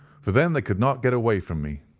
for then they could not get away from me.